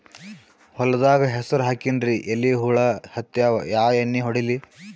ಹೊಲದಾಗ ಹೆಸರ ಹಾಕಿನ್ರಿ, ಎಲಿ ಹುಳ ಹತ್ಯಾವ, ಯಾ ಎಣ್ಣೀ ಹೊಡಿಲಿ?